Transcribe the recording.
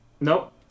nope